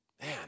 Man